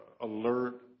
alert